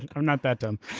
i'm not that dumb.